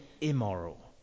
immoral